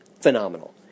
phenomenal